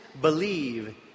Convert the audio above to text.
believe